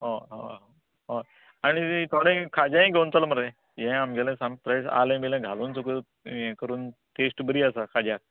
हां हां हय आनी तें थोडें खाजेय घेवन चल मरे ह्ये आमगेलें सनफ्रेश आलें बिलें घालून सगलें ह्ये करून टेस्ट बरी आसा खाज्यां